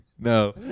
No